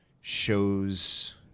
shows